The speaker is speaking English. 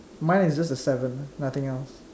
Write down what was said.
mine is just a seven nothing else